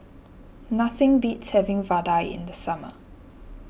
nothing beats having Vadai in the summer